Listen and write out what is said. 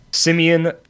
Simeon